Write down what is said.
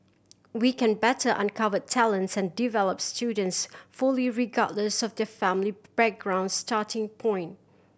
we can better uncover talents and develop students fully regardless of their family background starting point